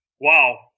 wow